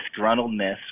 disgruntledness